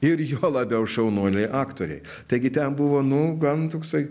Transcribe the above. ir juo labiau šaunuoliai aktoriai taigi ten buvo nu gan toksai